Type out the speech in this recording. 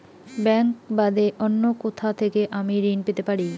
Bank বাদে অন্য কোথা থেকে আমি ঋন পেতে পারি?